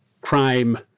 crime